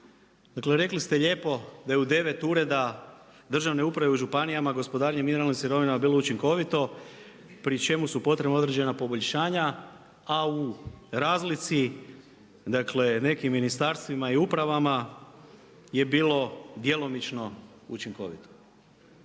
Dakle, rekli ste lijepo da je u 9 ureda državne uprave u županijama gospodarenje mineralne sirovina bilo učinkovito, pri čemu su potrebna određena poboljšanja, a u razlici dakle, nekim ministarstvima i upravama je bilo djelomično učinkovito.